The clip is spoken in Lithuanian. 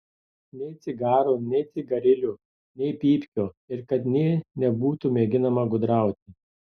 nei cigarų nei cigarilių nei pypkių ir kad nė nebūtų mėginama gudrauti